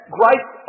grace